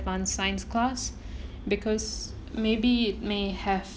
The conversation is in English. advance science class because maybe may have